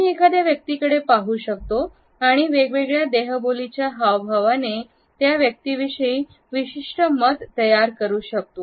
आम्ही एखाद्या व्यक्तीकडे पाहू शकतो आणि वेगवेगळ्या देहबोली च्या हावभावाने त्या व्यक्तीविषयी विशिष्ट मत तयार करू शकतो